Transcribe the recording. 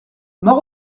mort